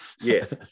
Yes